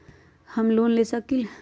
हम लोन ले सकील?